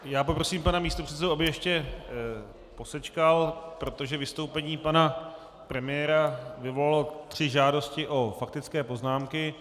Poprosím pana místopředsedu, aby ještě posečkal, protože vystoupení pana premiéra vyvolalo tři žádosti o faktické poznámky.